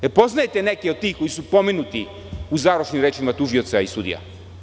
Da li poznajete neke od tih koji su pomenuti u završnim rečima tužioca i sudija?